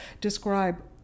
describe